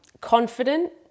confident